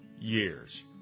years